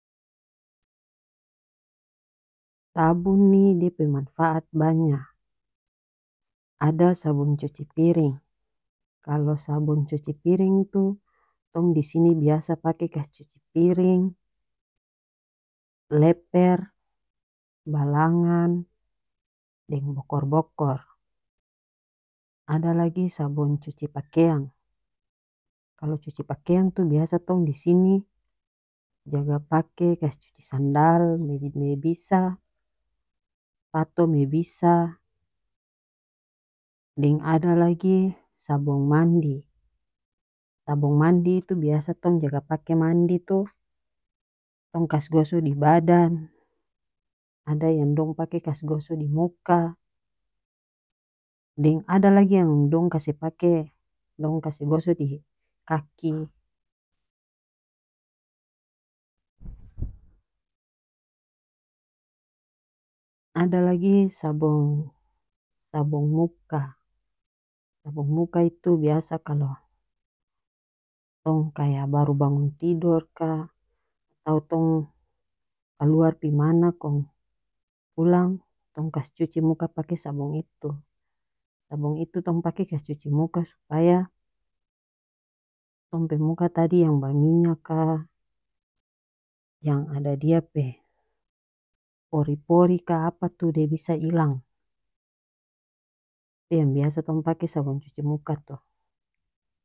Sabong ni dia pe manfaat banya ada sabun cuci piring kalu sabong cuci piring itu tong disini biasa pake kas cuci piring leper balangan deng bokor bokor ada lagi sabun cuci pakeang kalu cuci pakeang tu biasa tong disini jaga pake kase cuci sandal bisa spato me bisa deng ada lagi sabong mandi sabong mandi itu biasa tong jaga pake mandi tu tong kas goso di badan ada yang dong pake kas goso di muka deng ada lagi yang dong kase pake dong kase goso di kaki ada lagi sabong sabong muka sabong muka itu biasa kalo tong kaya baru bangun tidor ka atau tong kaluar pi mana kong pulang kas cuci muka pake sabong itu sabong itu tong pake kas cuci muka supaya tong pe muka tadi yang baminya ka yang ada dia pe pori pori ka apa tu dia bisa ilang yang biasa tong pake sabong cuci muka tu.